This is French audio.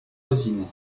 voisines